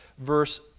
Verse